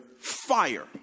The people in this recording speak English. fire